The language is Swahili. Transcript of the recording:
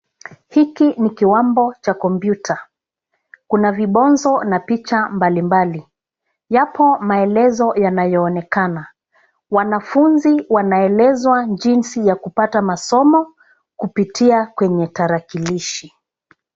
Hiki ni kiwambo cha kompyuta, kuna vibonzo na picha mbalimbali. Yapo maelezo yanayoonekana. Wanafunzi wanaelezwa jinsi ya kupata masomo kupitia kwenye tarakilishi.